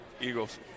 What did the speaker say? Eagles